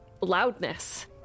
loudness